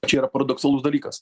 čia yra paradoksalus dalykas